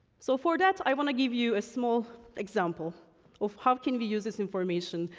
so, for that, i wanna give you a small example of how can we use this information,